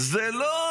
זה לא